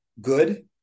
good